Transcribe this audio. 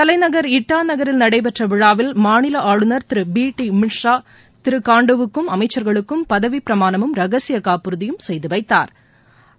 தலைநகர் இட்டா நகரில் நடைபெற்ற விழாவில் மாநில ஆளுநர் திரு பி டி மிஸ்ரா திரு காண்ட்டுவுக்கும் அமைச்சர்களுக்கும் பதவி பிரமாணமும் ரகசிய காப்புறுதியும் செய்து வைத்தாா்